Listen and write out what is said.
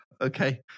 Okay